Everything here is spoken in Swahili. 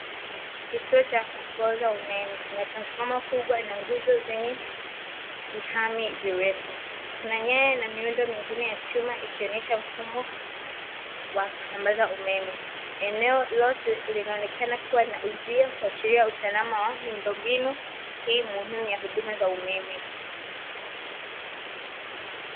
Kituo cha kupooza umeme, ina transfoma kubwa na nguzo zenye vihami virefu, kuna nyaya na miundo mingine ya chuma ikionesha mfumo wa kusambaza umeme, eneo lote linaonekana kuwa na uzio kuashiria usalama wa miundombinu, hii muhimu ya huduma za umeme.